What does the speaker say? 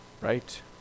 Right